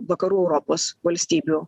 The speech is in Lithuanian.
vakarų europos valstybių